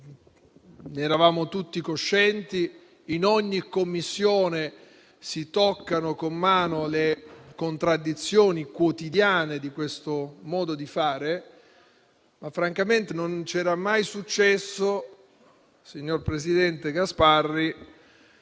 della situazione, in ogni Commissione si toccano con mano le contraddizioni quotidiane di questo modo di fare, ma francamente non c'era mai successo, signor presidente Gasparri,